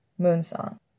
Moonsong